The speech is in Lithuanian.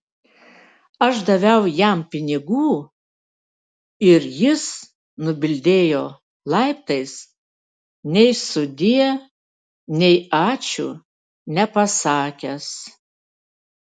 aš daviau jam pinigų ir jis nubildėjo laiptais nei sudie nei ačiū nepasakęs